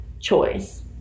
choice